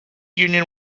union